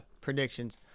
predictions